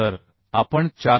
तर आपण 448